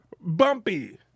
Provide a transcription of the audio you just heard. Bumpy